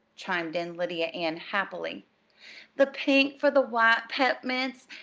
chimed in lydia ann happily the pink for the white pep'mints,